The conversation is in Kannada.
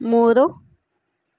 ಮೂರು